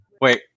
Wait